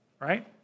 Right